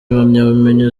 impamyabumenyi